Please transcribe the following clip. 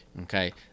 okay